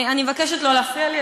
אני מבקשת לא להפריע לי.